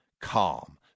calm